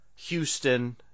Houston